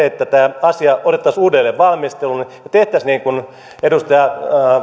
että tämä asia otettaisiin uudelleen valmisteluun ja tehtäisiin niin kuin